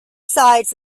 sides